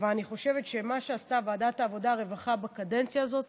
אבל אני חושבת שמה שעשתה ועדת העבודה והרווחה בקדנציה הזאת